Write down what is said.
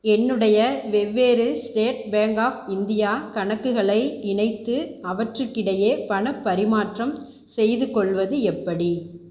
என்னுடைய வெவ்வேறு State Bank of India கணக்குகளை இணைத்து அவற்றுக்கிடையே பணப் பரிமாற்றம் செய்து கொள்வது எப்படி